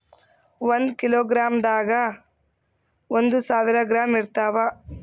ಒಂದ್ ಕಿಲೋಗ್ರಾಂದಾಗ ಒಂದು ಸಾವಿರ ಗ್ರಾಂ ಇರತಾವ